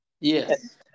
Yes